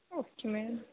okay ma'am